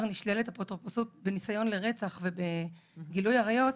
שנשללת לו האפוטרופסות בניסיון לרצח ובגילוי עריות.